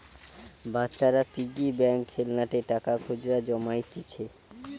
বাচ্চারা piggy bank খেলনাতে টাকা খুচরা জমাইতিছে